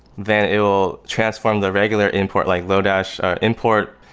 then it will transform the regular import, like lodash import,